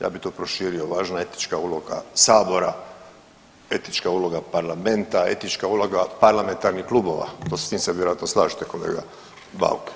Ja bi to proširio, važna je etička uloga Sabora, etička uloga Parlamenta, etička uloga parlamentarnih klubova, s tim se vjerojatno slažete kolega Bauk.